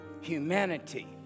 humanity